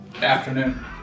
afternoon